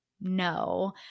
No